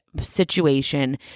situation